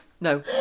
No